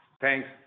Thanks